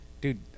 dude